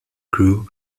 crew